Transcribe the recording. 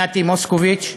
נתי מוסקוביץ,